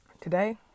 Today